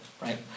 right